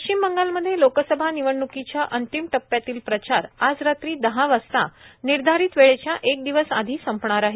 पश्चिम बंगालमध्ये लोकसभा निवडण्कीच्या अंतिम टप्प्यातील प्रचार आज रात्री दहा वाजता निर्धारित वेळेच्या एक दिवस आधी संपणार आहे